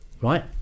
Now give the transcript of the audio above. right